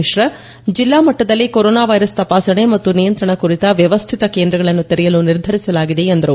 ಮಿಶ್ರಾ ಜಿಲ್ಲಾ ಮಟ್ಟದಲ್ಲಿ corona virus ತಪಾಸಣೆ ಮತ್ತು ನಿಯಂತ್ರಣ ಕುರಿತ ವ್ಯವಸ್ಥಿತ ಕೇಂದ್ರಗಳನ್ನು ತೆರೆಯಲು ನಿರ್ಧರಿಸಲಾಗಿದೆ ಎಂದರು